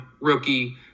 rookie